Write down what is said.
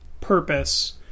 purpose